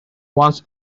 once